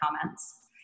comments